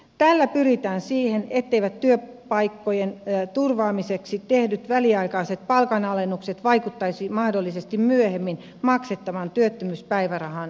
tällä pyritään siihen etteivät työpaikkojen turvaamiseksi tehdyt väliaikaiset palkanalennukset vaikuttaisi mahdollisesti myöhemmin maksettavaan työttömyyspäivärahaan alentavasti